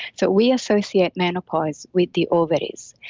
so, we associate menopause with the ovaries.